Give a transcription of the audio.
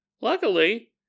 Luckily